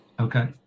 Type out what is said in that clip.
Okay